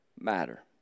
matter